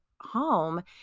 home